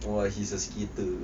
!wah! he says skater